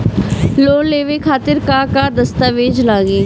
Loan लेवे खातिर का का दस्तावेज लागी?